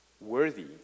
worthy